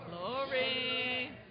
Glory